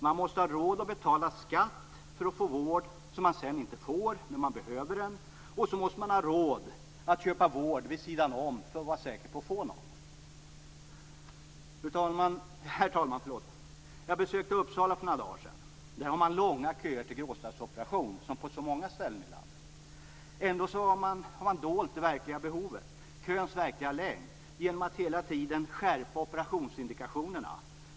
Man måste ha råd att betala skatt för att få vård som man sedan inte får när man behöver den. Sedan måste man ha råd att köpa vård vid sidan om för att vara säker på att få någon vård. Herr talman! Jag besökte Uppsala för några dagar sedan. Där har man, som på så många ställen i landet, långa köer till gråstarrsoperationer. Ändå har man dolt det verkliga behovet, köns verkliga längd, genom att hela tiden skärpa operationsindikationerna.